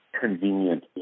convenient